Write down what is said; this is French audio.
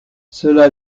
cela